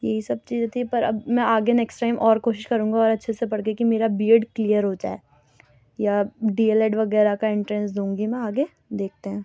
یہی سب چیزیں تھی پر اب میں آگے نیکسٹ ٹائم اور کوشش کروں گی اور اچھے سے پڑھ کر کے کہ میرا بی ایڈ کلیئر ہو جائے یا ڈی ایل ایڈ وغیرہ کا انڑنس دوں گی میں آگے دیکھتے ہیں